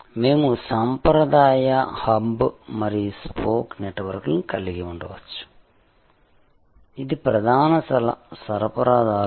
మేము సాంప్రదాయ హబ్ మరియు స్పోక్ నెట్వర్క్ను కలిగి ఉండవచ్చు ఇది ప్రధాన సరఫరాదారుడు